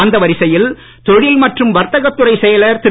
அந்த வரிசையில் தொழில் மற்றும் வர்த்தக துறைச் செயலர் திரு